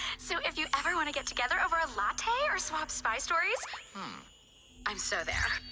so if you ever want to get together over a latte or slop spy stories hmm i'm so there